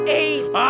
eight